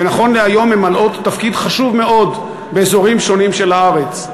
ונכון להיום ממלאות תפקיד חשוב מאוד באזורים שונים של הארץ.